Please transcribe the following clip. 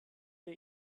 der